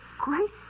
great